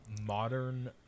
modern